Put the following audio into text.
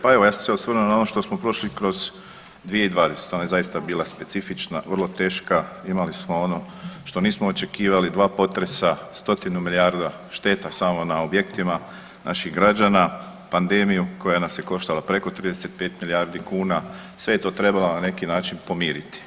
Pa evo, ja sam se osvrnuo na ono što smo prošli kroz 2020., ona je zaista bila specifična, vrlo teška, imali smo ono što nismo očekivali, 2 potresa, stotinu milijarda šteta samo na objektima naših građana, pandemiju, koja nas je koštala preko 35 milijardi kuna, sve je to trebalo na neki način pomiriti.